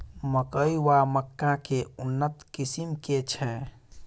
मकई वा मक्का केँ उन्नत किसिम केँ छैय?